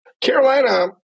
Carolina